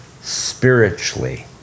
spiritually